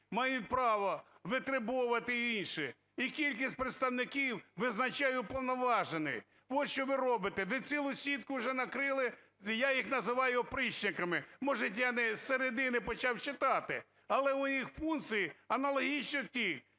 мають право витребовувати і інше… І кількість представників визначає Уповноважений. Ось що ви робите, ви цілу сітку вже накрили, я їх називаю "опричниками". Може я не… з середини почав читати, але функції аналогічні тій.